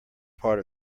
part